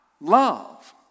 love